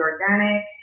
organic